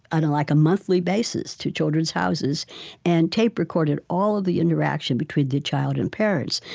and like a monthly basis, to children's houses and tape-recorded all of the interaction between the child and parents.